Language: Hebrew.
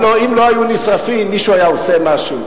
הלוא אם לא היו נשרפים מישהו היה עושה משהו?